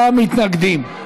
49 מתנגדים,